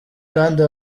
kandi